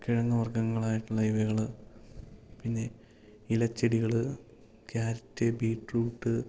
കിഴങ്ങ് വർഗങ്ങളായിട്ടുള്ള ഇവകള് പിന്നെ ഇലച്ചെടികള് ക്യാരറ്റ് ബീട്രൂട്ട്